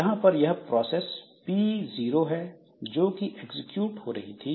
यहां पर यह प्रोसेस P0 है जो कि एग्जीक्यूट हो रही थी